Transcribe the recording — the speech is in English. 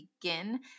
begin